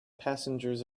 passengers